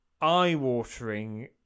eye-watering